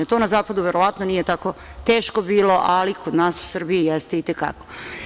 To na zapadu verovatno nije tako teško bilo, ali kod nas u Srbiji jeste i te kako.